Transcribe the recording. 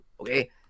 okay